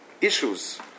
issues